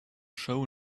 show